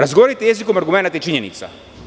Razgovarajte jezikom argumenata i činjenica.